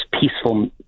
peaceful